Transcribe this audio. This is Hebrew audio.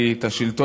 השר,